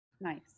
nice